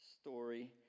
story